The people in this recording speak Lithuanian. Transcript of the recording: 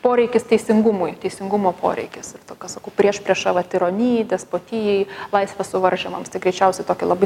poreikis teisingumui teisingumo poreikis ir tokia sakau priešprieša va tironijai despotijai laisvės suvaržymams tai greičiausiai tokį labai